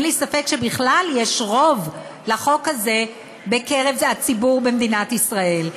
אין לי ספק שבכלל יש רוב לחוק הזה בקרב הציבור במדינת ישראל.